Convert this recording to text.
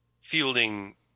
fielding